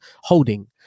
Holding